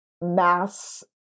mass